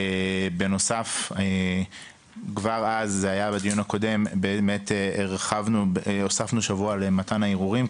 בנוסף כבר בדיון הקודם הרחבנו שבוע להגשת ערעורים,